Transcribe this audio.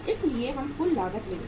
इसलिए हम कुल लागत लेंगे